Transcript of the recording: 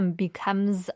becomes